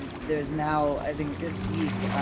there's now, i think this week,